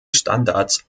standards